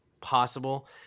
possible